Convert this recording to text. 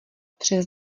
přes